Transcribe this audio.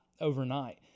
overnight